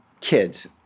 kids